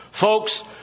Folks